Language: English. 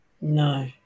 No